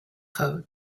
code